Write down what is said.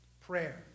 Prayer